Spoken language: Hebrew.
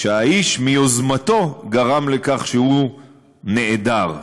שהאיש מיוזמתו גרם לכך שהוא "נעדר",